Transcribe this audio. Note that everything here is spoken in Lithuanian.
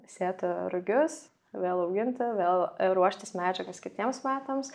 sėti rugius vėl auginti vėl ruoštis medžiagas kitiems metams